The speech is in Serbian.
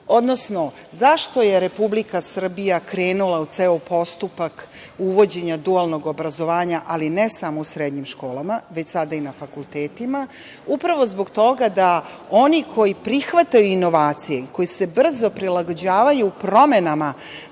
Odnosno, zašto je Republika Srbija krenula u ceo postupak uvođenja dualnog obrazovanja, ali ne samo u srednjim školama, već sada i na fakultetima? Upravo zbog toga da oni koji prihvataju inovacije, koji se brzo prilagođavaju promenama